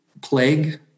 plague